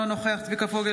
אינו נוכח צביקה פוגל,